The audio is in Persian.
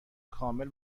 کامل